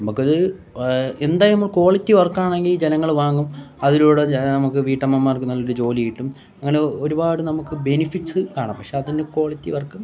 നമുക്ക് അത് എന്തായാലും നമ്മൾ കോളിറ്റി വർക്ക് ആണെങ്കിൽ ജനങ്ങൾ വാങ്ങും അതിലൂടെ നമ്മൾക്ക് വീട്ടമ്മമാർക്ക് നല്ലൊരു ജോലി കിട്ടും അങ്ങനെ ഒരുപാട് നമ്മൾക്ക് ബനിഫിറ്റ്സ് കാണാം പക്ഷെ അത് കോളിറ്റി വർക്കും